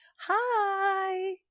Hi